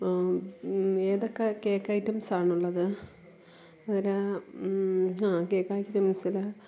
ഏതൊക്ക cake ഐറ്റംസാണ് ഉള്ളത് അതില് ആ കേക്ക് ഐറ്റംസില്